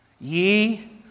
ye